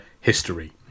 History